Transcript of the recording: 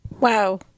wow